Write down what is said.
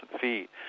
feet